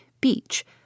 Beach